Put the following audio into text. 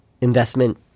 investment